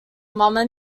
mamma